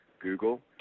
Google